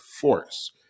force